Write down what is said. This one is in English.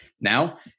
Now